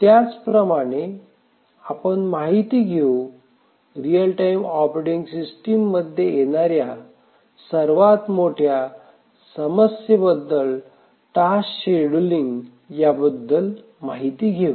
त्याचप्रमाणे आपण माहिती घेऊ रियल टाइम ऑपरेटिंग सिस्टीम मध्ये येणाऱ्या सर्वात मोठ्या समस्येबद्दल टास्क शेड्यूलिंग याबद्दल माहिती घेऊ